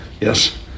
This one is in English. yes